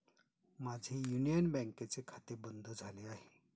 माझे युनियन बँकेचे खाते बंद झाले आहे